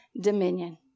dominion